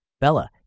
Bella